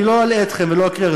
אני לא אלאה אתכם ולא אקריא,